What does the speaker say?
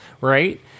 right